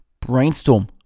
Brainstorm